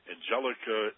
Angelica